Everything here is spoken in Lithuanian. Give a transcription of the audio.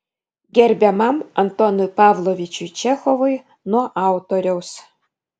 gerbiamam antonui pavlovičiui čechovui nuo autoriaus